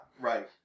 right